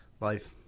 life